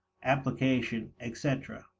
application, etc.